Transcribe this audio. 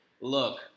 Look